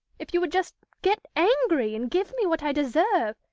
if you would just get angry and give me what i deserve,